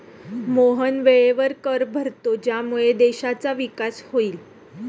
मोहन वेळेवर कर भरतो ज्यामुळे देशाचा विकास होईल